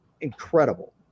incredible